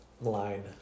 line